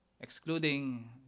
excluding